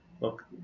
Look